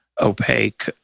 opaque